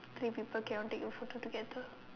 three people cannot take a photo together